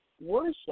worship